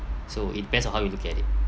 so it depends on how you look at it